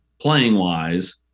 playing-wise